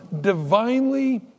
divinely